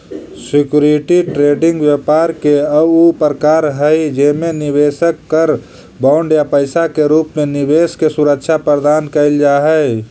security trading व्यापार के ऊ प्रकार हई जेमे निवेशक कर बॉन्ड या पैसा के रूप में निवेश के सुरक्षा प्रदान कैल जा हइ